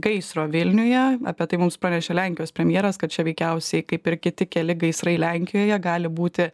gaisro vilniuje apie tai mums pranešė lenkijos premjeras kad čia veikiausiai kaip ir kiti keli gaisrai lenkijoje gali būti